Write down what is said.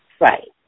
Right